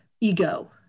ego